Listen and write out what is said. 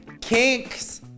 kinks